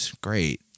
great